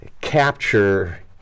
capture